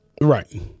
Right